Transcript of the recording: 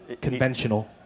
conventional